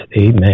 Amen